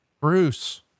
Bruce